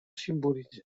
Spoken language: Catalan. simbolitze